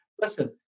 listen